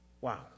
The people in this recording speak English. Wow